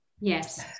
Yes